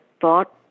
thought